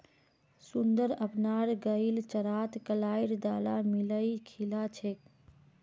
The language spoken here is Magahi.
सुंदर अपनार गईक चारात कलाईर दाल मिलइ खिला छेक